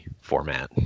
format